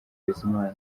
bizima